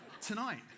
tonight